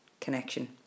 connection